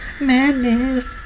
madness